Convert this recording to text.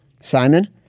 Simon